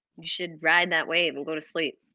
you should ride that wave and go to sleep.